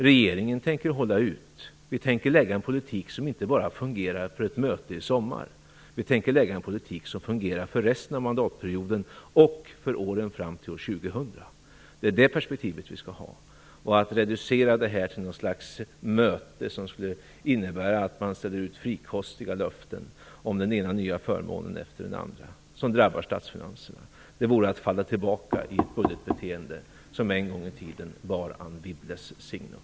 Regeringen tänker hålla ut. Vi tänker lägga fram en politik som inte bara fungerar för ett möte i sommar. Vi tänker lägga fram en politik som fungerar för resten av mandatperioden och för åren fram till år 2000. Det är det perspektivet vi skall ha. Att reducera det till något slags möte som skulle innebära att man ställer ut frikostiga löften om den ena nya förmånen efter den andra, som drabbar statsfinanserna, vore att falla tillbaka i ett budgetbeteende som en gång i tiden bar Anne Wibbles signum.